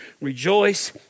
rejoice